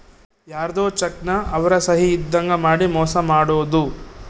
ಯಾರ್ಧೊ ಚೆಕ್ ನ ಅವ್ರ ಸಹಿ ಇದ್ದಂಗ್ ಮಾಡಿ ಮೋಸ ಮಾಡೋದು